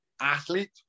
athlete